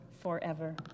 forever